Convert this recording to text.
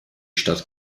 stadt